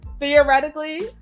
theoretically